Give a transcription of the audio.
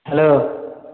hello